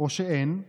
או שאין,